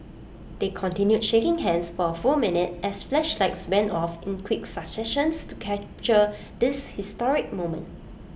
they continued shaking hands for A full minute as flashlights went off in quick successions to capture this historic moment